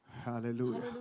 Hallelujah